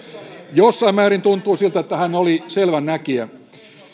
jossain määrin tuntuu siltä että hän oli selvänäkijä